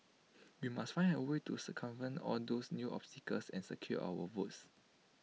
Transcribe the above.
we must find A way to circumvent all those new obstacles and secure our votes